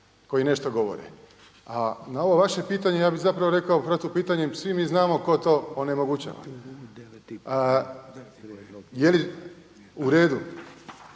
koji nešto govore. A na ovo vaše pitanje ja bih rekao protupitanjem svi mi znamo tko to onemogućava. Jeli uredu